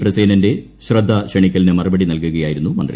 പ്രസേനന്റെ ശ്രദ്ധ ക്ഷണിക്കലിന് മറുപടി നൽകുകയായിരുന്നു മന്ത്രി